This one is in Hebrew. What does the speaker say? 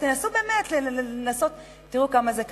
תנסו באמת ותראו כמה זה קשה.